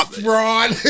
fraud